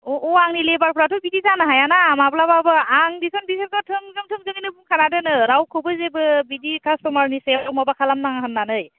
अ अ आंनि लेबारफोराथ' बिदि जानो हायाना माब्लाबाबो आं दिसुन बिसोरखौ थोंजों थोंजोङैनो बुंखाना दोनो रावखौबो जेबो बिदि कास्ट'मारनि सायाव माबा खालाम नाङा होननानै